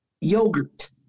yogurt